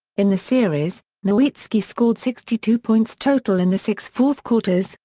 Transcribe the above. in the series, nowitzki scored sixty two points total in the six fourth quarters,